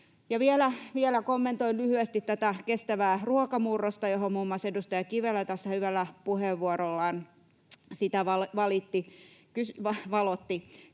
Vielä kommentoin lyhyesti tätä kestävää ruokamurrosta, jota muun muassa edustaja Kivelä tässä hyvällä puheenvuorollaan valotti.